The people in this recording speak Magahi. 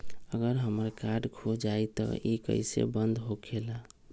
अगर हमर कार्ड खो जाई त इ कईसे बंद होकेला?